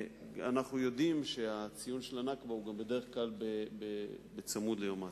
אנחנו יודעים שהציון של ה"נכבה" הוא בדרך כלל בצמוד ליום העצמאות.